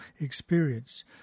experience